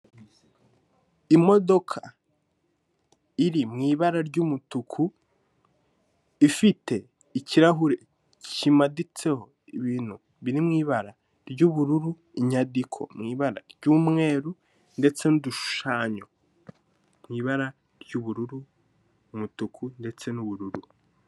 Imodoka iri mu ibara ry'umutuku, ifite ikirahure kimaditseho ibintu biri mu ibara ry'ubururu, inyandiko mu ibara ry'umweru ndetse n'udushushanyo mu ibara ry'ubururu, umutuku ndetse n'ubururu.